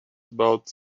about